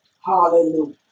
Hallelujah